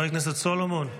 חבר הכנסת סולומון,